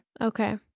Okay